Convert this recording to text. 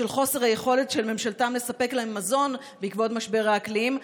בשל חוסר היכולת של ממשלתם לספק להם מזון בעקבות משבר האקלים,